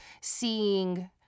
seeing